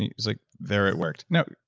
he was like, there, it worked. no,